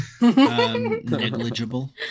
Negligible